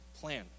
plan